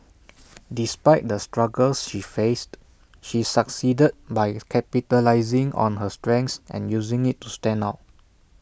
despite the struggles she faced she succeeded by capitalising on her strengths and using IT to stand out